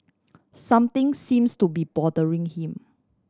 something seems to be bothering him